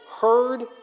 heard